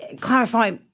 clarify